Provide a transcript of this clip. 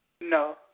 No